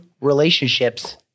Relationships